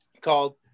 called